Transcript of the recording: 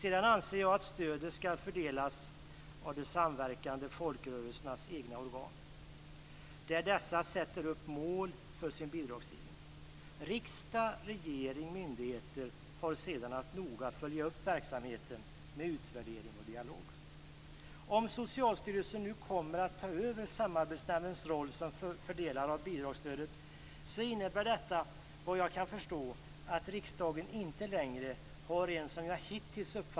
Sedan anser jag att stödet skall fördelas av det samverkande folkrörelsernas egna organ. Dessa skall sätta upp mål för sin bidragsgivning. Riksdag, regering och myndigheter har sedan att noga följa upp verksamheten med utvärdering och dialog.